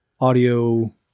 audio